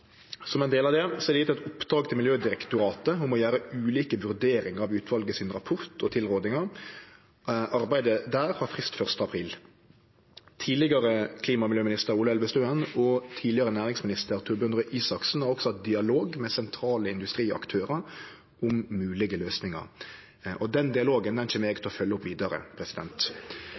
Som ein del av det er det vorte gjeve eit oppdrag til Miljødirektoratet om å gjere ulike vurderingar av rapporten og tilrådingane frå utvalet. Arbeidet der har frist den 1. april. Tidlegare klima- og miljøminister Ola Elvestuen og tidlegare næringsminister Torbjørn Røe Isaksen har også hatt dialog med sentrale industriaktørar om moglege løysingar. Den dialogen kjem eg til å følgje opp vidare.